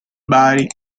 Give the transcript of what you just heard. bari